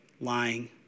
lying